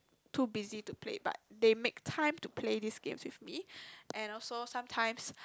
too busy to play but they make time to play this game with me and also sometimes